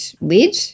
lid